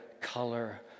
color